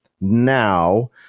Now